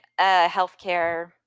healthcare